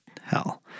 hell